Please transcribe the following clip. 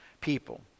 people